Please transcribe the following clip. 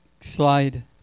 slide